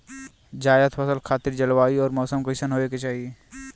जायद फसल खातिर जलवायु अउर मौसम कइसन होवे के चाही?